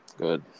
Good